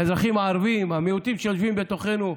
האזרחים הערבים, המיעוטים שיושבים בתוכנו,